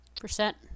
Percent